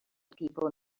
people